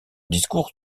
discours